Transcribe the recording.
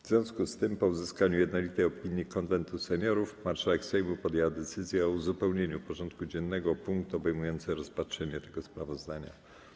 W związku z tym, po uzyskaniu jednolitej opinii Konwentu Seniorów, marszałek Sejmu podjęła decyzję o uzupełnieniu porządku dziennego o punkt obejmujący rozpatrzenie tego sprawozdania.